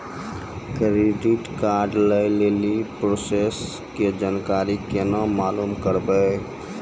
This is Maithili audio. क्रेडिट कार्ड लय लेली प्रोसेस के जानकारी केना मालूम करबै?